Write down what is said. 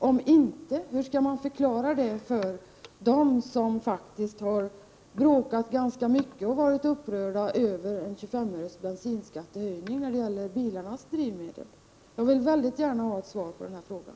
Om inte, hur skall man förklara det för dem som faktiskt har bråkat ganska mycket och varit upprörda över en bensinskattehöjning på 25 öre när det gäller bilarnas drivmedel? Jag vill gärna ha ett svar på den frågan.